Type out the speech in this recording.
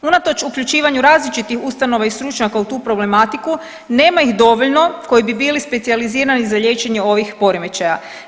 Unatoč uključivanju različitih ustanova i stručnjaka u tu problematiku nema ih dovoljno koji bi bili specijalizirani za liječenje ovih poremećaja.